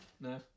No